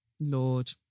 Lord